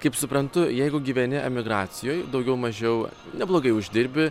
kaip suprantu jeigu gyveni emigracijoj daugiau mažiau neblogai uždirbi